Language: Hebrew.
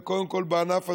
וקודם כול בענף הזה,